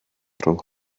rhwng